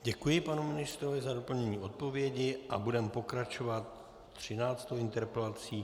Děkuji panu ministrovi za doplnění odpovědi a budeme pokračovat 13. interpelací.